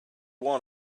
want